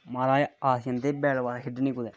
महाराज अस जंदे बैट बाॅल खेढने गी कुदैं